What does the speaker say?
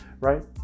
right